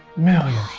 million.